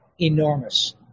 enormous